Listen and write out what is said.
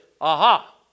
Aha